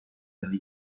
del